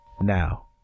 Now